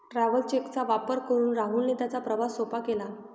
travellers cheque चा वापर करून राहुलने त्याचा प्रवास सोपा केला